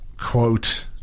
quote